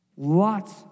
Lots